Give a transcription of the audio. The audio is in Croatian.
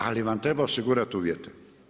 Ali vam treba osigurati uvijete.